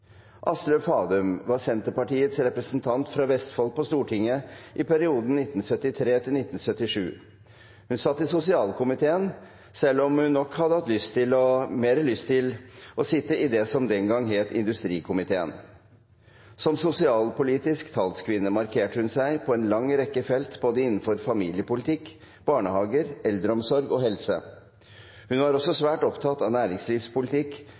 Aslaug Fadum var Senterpartiets representant fra Vestfold på Stortinget i perioden 1973–77. Hun satt i sosialkomiteen, selv om hun nok hadde hatt mer lyst til å sitte i det som den gang het industrikomiteen. Som sosialpolitisk talskvinne markerte hun seg på en lang rekke felt, både innenfor familiepolitikk, barnehager, eldreomsorg og helse. Hun var også svært opptatt av næringslivspolitikk,